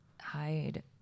hide